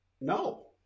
no